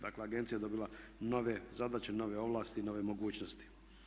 Dakle, agencija je dobila nove zadaće, nove ovlasti, nove mogućnosti.